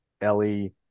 Ellie